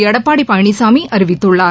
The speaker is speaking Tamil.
எடப்பாடி பழனிசாமி அறிவித்துள்ளார்